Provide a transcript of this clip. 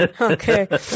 okay